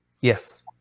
Yes